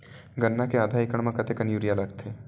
गन्ना के आधा एकड़ म कतेकन यूरिया लगथे?